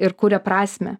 ir kuria prasmę